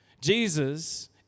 Jesus